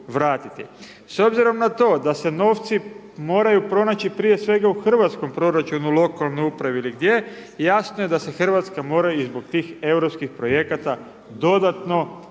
S obzirom na to da se novci moraju pronaći prije svega u hrvatskom proračunu, lokalnoj upravi ili gdje, jasno je i da se Hrvatska mora i zbog tih europskih projekata dodatno